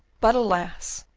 but alas!